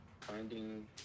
finding